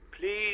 please